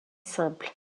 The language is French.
simple